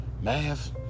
Math